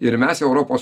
ir mes europos